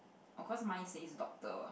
oh cause mine says is doctor